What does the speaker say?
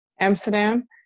Amsterdam